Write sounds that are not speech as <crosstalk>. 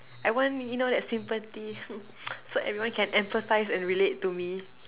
I want you know like sympathy <noise> so everyone can emphasize and relate to me